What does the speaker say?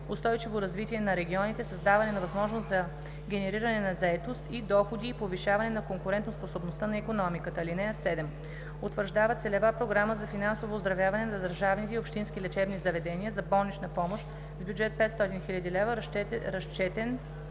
устойчиво развитие на регионите, създаване на възможност за генериране на заетост и доходи и повишаване на конкурентоспособността на икономиката.“ „(7) Утвърждава целева програма за финансово оздравяване на държавните и общински лечебни заведения за болнична помощ с бюджет 500 хил. лв., разчетени